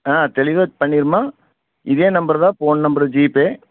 ஆ தெளிவாக பண்ணிடுமா இதே நம்பர்தான் ஃபோன் நம்பர் ஜீபே